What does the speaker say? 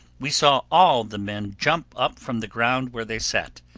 we saw all the men jump up from the ground where they sat.